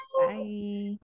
Bye